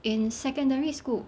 in secondary school